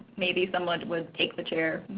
maybe someone would take the chair,